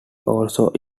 also